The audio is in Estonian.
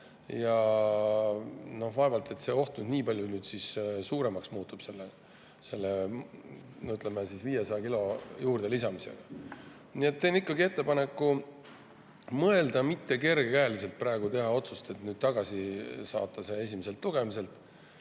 Vaevalt et see oht nüüd nii palju suuremaks muutub 500 kilo juurde lisamisega. Nii et teen ikkagi ettepaneku mõelda, mitte kergekäeliselt praegu teha otsust, et nüüd tagasi saata see [eelnõu] esimeselt lugemiselt.